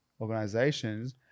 organizations